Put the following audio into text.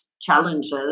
challenges